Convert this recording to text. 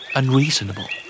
unreasonable